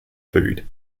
food